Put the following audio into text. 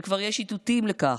וכבר יש איתותים לכך,